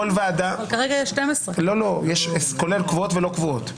כרגע יש 12. כולל קבועות ולא קבועות.